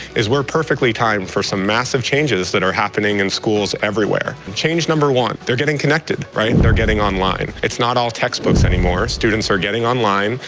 is we're perfectly timed for some massive changes that are happening in schools everywhere. change number one, they're getting connect, right? they're getting online. it's not all textbooks any more. students are getting online,